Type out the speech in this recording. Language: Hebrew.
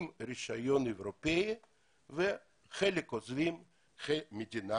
יש להם רישיון אירופאי וחלק עוזב את המדינה.